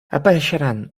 apareixeran